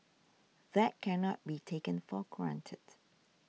that cannot be taken for granted